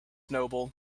noble